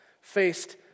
faced